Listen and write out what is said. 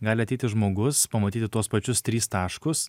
gali ateiti žmogus pamatyti tuos pačius tris taškus